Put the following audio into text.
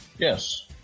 Yes